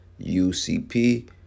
ucp